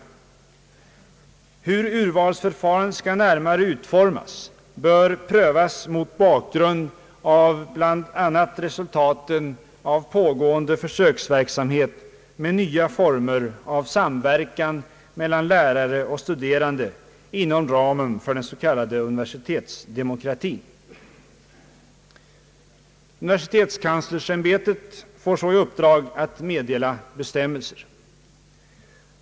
Det sägs vidare: »Hur urvalsförfarandet skall närmare utformas bör prövas mot bakgrund av bl.a. resultaten av pågående försöksverksamhet med nya former av samverkan mellan lärare och studerande inom ramen för den s.k. universitetsdemokratin.» Universitetskanslersämbetet får så i uppdrag att meddela bestämmelser.